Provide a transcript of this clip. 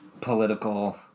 political